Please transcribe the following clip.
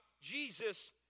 Jesus